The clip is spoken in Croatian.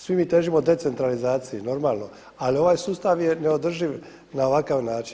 Svi mi težimo decentralizaciji normalno, ali ovaj sustav je neodrživ na ovakav način.